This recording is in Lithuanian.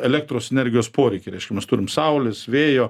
elektros energijos poreikį reiškia mes turim saulės vėjo